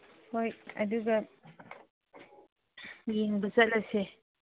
ꯍꯣꯏ ꯑꯗꯨꯒ ꯌꯦꯡꯕ ꯆꯠꯂꯁꯦ